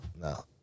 No